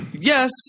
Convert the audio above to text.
Yes